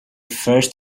first